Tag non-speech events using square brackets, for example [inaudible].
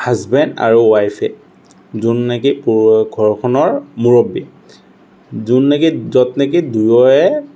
husband আৰু ৱাইফে যোন নেকি [unintelligible] ঘৰখনৰ মুৰব্বী যোন নেকি য'ত নেকি দুয়োৱে